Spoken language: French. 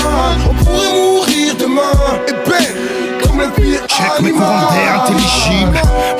On pourrait mourir demain. Et ben, comme la vie est Check mes commentaires, animale. intelligible.